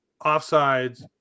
offsides